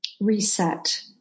reset